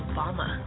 Obama